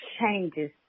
changes